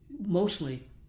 mostly